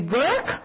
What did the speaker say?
work